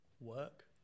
work